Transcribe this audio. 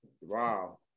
Wow